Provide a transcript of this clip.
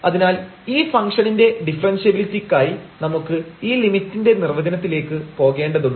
അതിനാൽ ഈ ഫങ്ക്ഷണിന്റെ ഡിഫറൻഷ്യബിലിറ്റിക്കായി നമുക്ക് ഈ ലിമിറ്റിന്റെ നിർവചനത്തിലേക്ക് പോകേണ്ടതുണ്ട്